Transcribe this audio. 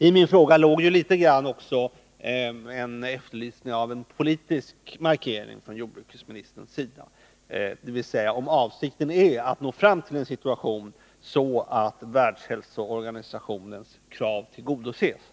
I min fråga låg också något av en efterlysning av en politisk markering från jordbruksministerns sida, dvs. ett klarläggande av om avsikten är att skapa sådana regler att Världshälsoorganisationens krav tillgodoses.